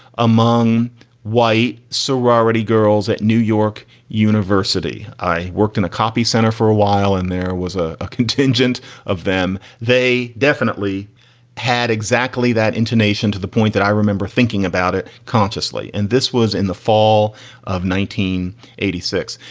among white sorority girls at new york university, i worked in a copy center for a while and there was ah a contingent of them. they definitely had exactly that intonation to the point that i remember thinking about it consciously. and this was in the fall of nineteen eighty six.